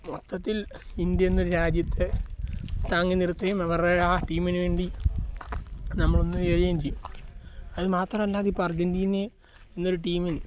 മൊത്തത്തിൽ ഇന്ത്യ എന്നൊരു രാജ്യത്ത് താങ്ങി നിർത്തേം അവരെ ആ ടീമിന് വേണ്ടി നമ്മൾ ഒന്ന് ചേരുകേം ചെയ്യും അത് മാത്രം അല്ലാതെ ഇപ്പോൾ അർജൻറ്റിനേം എന്നൊരു ടീമിൽ